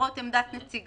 למרות עמדת נציגיו.